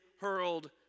hurled